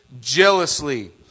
jealously